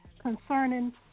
concerning